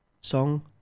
song